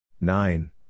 Nine